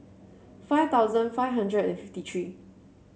five thousand five hundred and fifty three